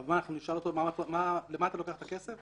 אבל זה לא העולם של האשראי